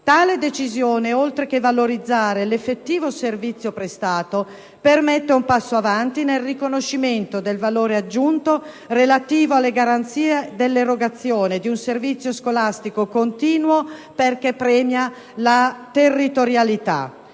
Tale decisione, oltre che valorizzare l'effettivo servizio prestato, permette un passo avanti nel riconoscimento del valore aggiunto relativo alle garanzie dell'erogazione di un servizio scolastico continuo perché premia la territorialità: